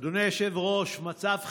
אדוני היושב-ראש, מצב חירום,